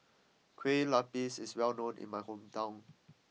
Kueh Lapis is well known in my hometown